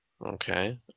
Okay